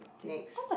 next